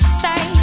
say